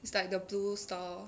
it's like the blue store